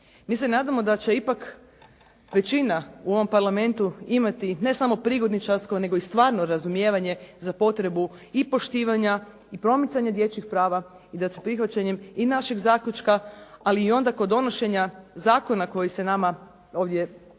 Mi se nadamo da će ipak većina u ovom Parlamentu imati ne samo prigodničarsko, nego i stvarno razumijevanje za potrebu i poštivanja i promicanja dječjih prava i da će prihvaćanjem i našeg zaključka, ali i onda kod donošenja zakona koji nama ovdje dolaze